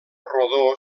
rodó